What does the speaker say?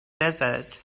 desert